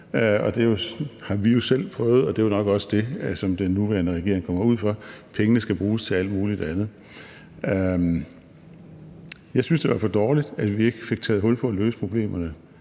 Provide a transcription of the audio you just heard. Det har vi jo selv prøvet, og det er nok også det, som den nuværende regering kommer ud for, for pengene skal bruges til alt muligt andet. Jeg synes, det var for dårligt, at vi ikke fik taget hul på løse problemet,